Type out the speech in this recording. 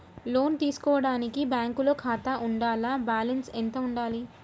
లోను తీసుకోవడానికి బ్యాంకులో ఖాతా ఉండాల? బాలన్స్ ఎంత వుండాలి?